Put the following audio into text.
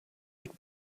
would